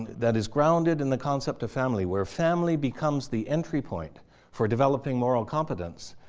that is grounded in the concept of family where family becomes the entry point for developing moral competence,